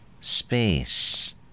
Space